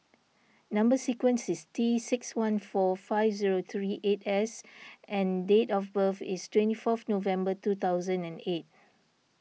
Number Sequence is T six one four five zero three eight S and date of birth is twenty fourth November twenty eight